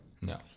no